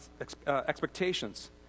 expectations